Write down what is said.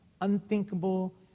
unthinkable